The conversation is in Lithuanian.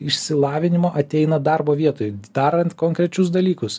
išsilavinimo ateina darbo vietoj darant konkrečius dalykus